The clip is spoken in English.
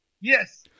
Yes